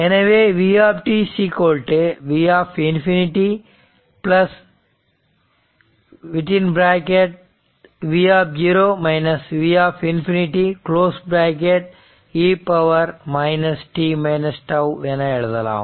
எனவே v V∞ V V∞ e tτ என எழுதலாம்